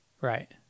Right